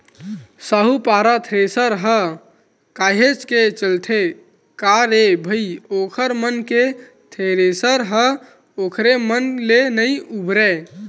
साहूपारा थेरेसर ह काहेच के चलथे का रे भई ओखर मन के थेरेसर ह ओखरे मन ले नइ उबरय